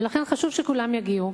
ולכן חשוב שכולם יגיעו.